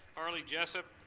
harley jessup